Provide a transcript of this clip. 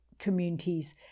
communities